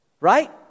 right